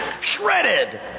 shredded